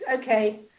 Okay